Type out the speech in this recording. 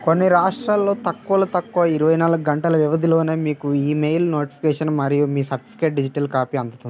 కొన్ని రాష్ట్రాల్లో తక్కువలో తక్కువ ఇరవై నాలుగు గంటల వ్యవధిలోనే మీకు ఈ మెయిల్ నోటిఫికేషన్ మరియు మీ సర్టిఫికెట్ డిజిటల్ కాపీ అందుతుంది